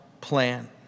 plan